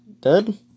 dead